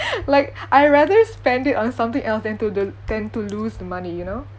like I rather spend it on something else than to the than to lose the money you know